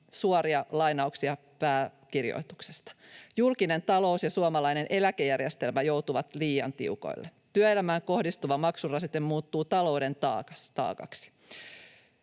Suora lainaus pääkirjoituksesta: ”Julkinen talous ja suomalainen eläkejärjestelmä joutuvat liian tiukoille. Työelämään kohdistuva maksurasite muuttuu talouden taakaksi.”